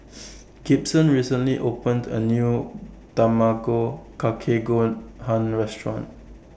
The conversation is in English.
Gibson recently opened A New Tamago Kake Gohan Restaurant